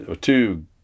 two